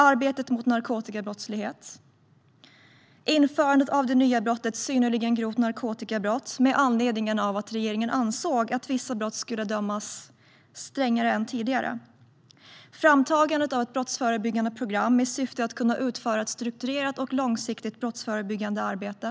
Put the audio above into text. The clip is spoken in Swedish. Arbetet mot narkotikabrottslighet och införandet av det nya brottet synnerligen grovt narkotikabrott - med anledning av att regeringen ansåg att vissa brott skulle dömas strängare än tidigare - är ett exempel. Vidare har vi framtagandet av ett brottsförebyggande program i syfte att kunna utföra ett strukturerat och långsiktigt brottsförebyggande arbete.